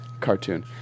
cartoon